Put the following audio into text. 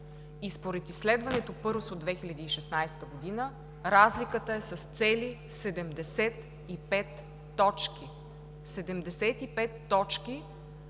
според изследването PIRLS от 2016 г. разликата е с цели 75 точки – 75 точки